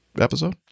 episode